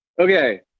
Okay